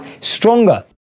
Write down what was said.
stronger